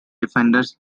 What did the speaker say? defenders